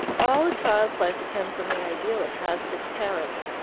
all a child's life depends on the ideal it has of its parents.